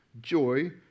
joy